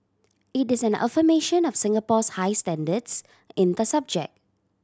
it is an affirmation of Singapore's high standards in the subject